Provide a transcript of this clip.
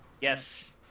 Yes